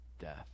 death